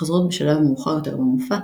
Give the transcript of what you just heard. החוזרות בשלב מאוחר יותר במופע,